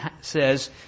says